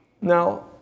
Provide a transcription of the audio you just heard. Now